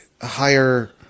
higher